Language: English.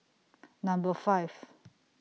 Number five